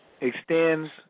extends